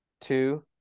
two